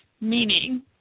meaning